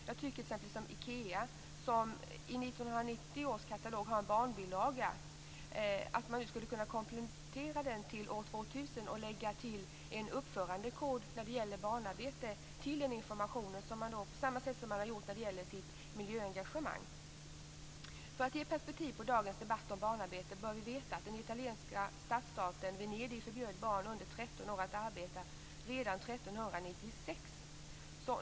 Ikea har i 1999 års katalog en barnbilaga. Jag tycker att man skulle kunna komplettera den till år 2000 och lägga till en uppförandekod när det gäller barnarbete till den information som man har i fråga om sitt miljöengagemang. För att ge perspektiv på dagens debatt om barnarbete bör vi veta att den italienska statsstaten Venedig förbjöd barn under 13 år att arbeta redan år 1396.